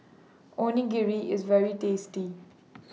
Onigiri IS very tasty